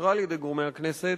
ואושרה על-ידי גורמי הכנסת,